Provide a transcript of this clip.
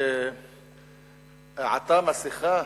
שעטה מסכה